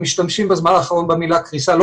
משתמשים בזמן האחרון במילה קריסה,